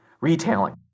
retailing